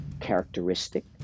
characteristic